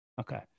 Okay